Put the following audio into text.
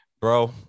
bro